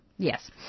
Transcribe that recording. Yes